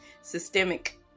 Systemic